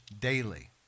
daily